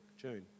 June